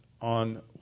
on